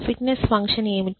fitness function ఏమిటి